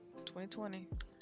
2020